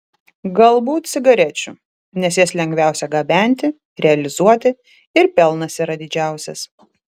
galbūt cigarečių nes jas lengviausia gabenti realizuoti ir pelnas yra didžiausias